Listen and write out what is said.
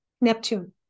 Neptune